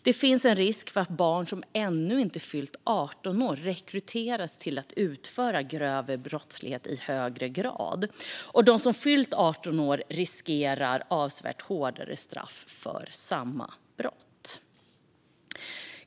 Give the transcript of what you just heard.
Det finns en risk att barn som ännu inte fyllt 18 i högre grad rekryteras till att utföra grövre brott om de som fyllt 18 år riskerar avsevärt hårdare straff för samma brott.